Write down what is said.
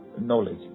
knowledge